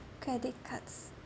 credit cards